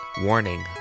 Warning